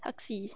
I see